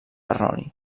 erroni